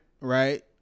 Right